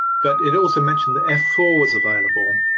but it also mentioned that f four is available.